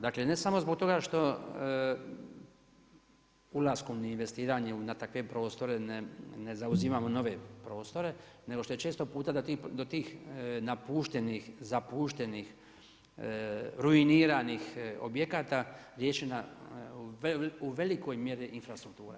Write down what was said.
Dakle, ne samo zbog toga što ulaskom investiranja na takve prostore ne zauzimamo nove prostore, nego što je često puta do tih napuštenih, zapuštenih ruiniranih objekata, riješena u velikoj mjeri infrastruktura.